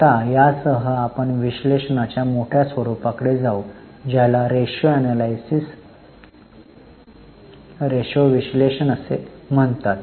आता यासह आपण विश्लेषणाच्या मोठ्या स्वरूपाकडे जाऊ ज्याला रेशो विश्लेषण असे म्हणतात